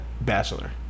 Bachelor